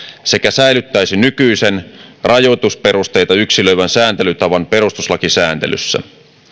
sekä säilyttäisi nykyisen rajoitusperusteita yksilöivän sääntelytavan perustuslakisääntelyssä